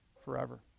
forever